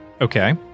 Okay